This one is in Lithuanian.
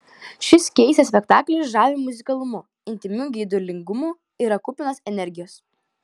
šis keistas spektaklis žavi muzikalumu intymiu geidulingumu yra kupinas energijos